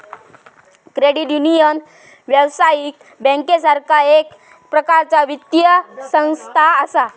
credit union, व्यावसायिक बँकेसारखा एक प्रकारचा वित्तीय संस्था असा